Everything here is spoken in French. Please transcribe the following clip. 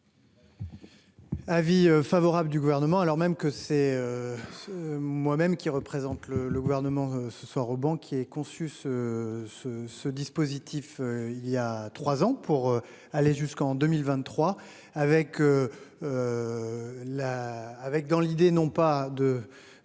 Avis favorable du gouvernement, alors même que c'est. Moi-même qui représente le le gouvernement ce soir au banques qui est conçu ce ce ce dispositif il y a 3 ans pour aller jusqu'en 2023 avec. La avec dans l'idée non pas de